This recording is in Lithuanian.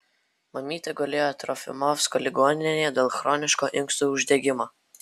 mamytė gulėjo trofimovsko ligoninėje dėl chroniško inkstų uždegimo